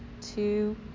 two